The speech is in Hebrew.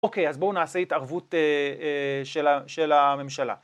אוקיי אז בואו נעשה התערבות של הממשלה